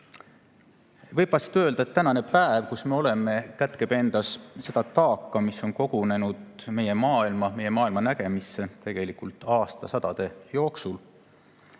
Võib vast öelda, et tänane päev, kus me oleme, kätkeb endas seda taaka, mis on kogunenud meie maailma, meie maailmanägemisse aastasadade jooksul.